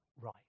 right